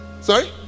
Sorry